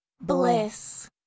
bliss